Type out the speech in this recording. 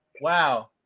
Wow